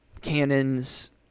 cannons